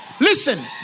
Listen